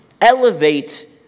elevate